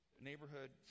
neighborhood